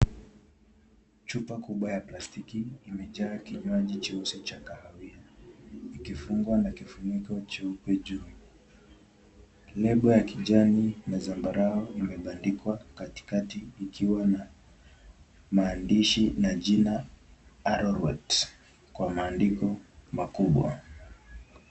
Chupa kubwa ya plastiki